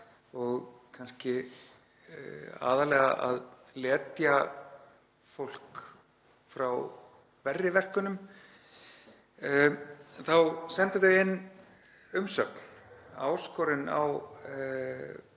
og kannski aðallega að letja fólk frá verri verkunum, þá sendu þau inn umsögn,